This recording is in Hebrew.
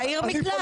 אתה עיר מקלט.